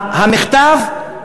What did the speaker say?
המכתב,